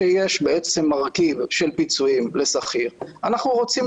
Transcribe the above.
דבר נוסף כשנכנסתי אתמול לסכומים, זה נראה לי